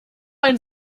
einen